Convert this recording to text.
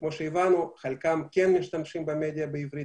וכמו שהבנו חלקם כן משתמשים במדיה בעברית,